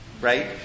right